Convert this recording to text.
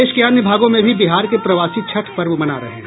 देश के अन्य भागों में भी बिहार के प्रवासी छठ पर्व मना रहे हैं